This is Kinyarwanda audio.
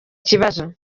ikibazo